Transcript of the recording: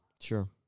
Sure